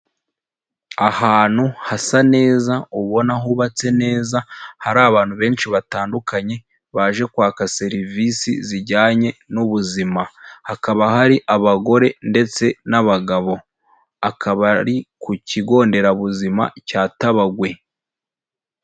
Ahantu hasa neza ubona hubatse neza, hari abantu benshi batandukanye baje kwaka serivisi zijyanye n'ubuzima, hakaba hari abagore ndetse n'abagabo, akaba ari ku kigo nderabuzima cya tabagwe.